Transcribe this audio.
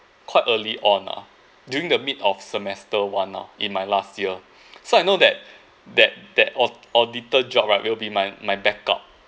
quite early on lah during the mid of semester one lah in my last year so I know that that that au~ auditor job right will be my my backup